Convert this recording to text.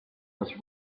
was